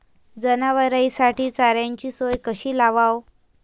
जनावराइसाठी चाऱ्याची सोय कशी लावाव?